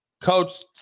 coach –